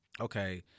okay